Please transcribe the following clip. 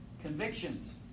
convictions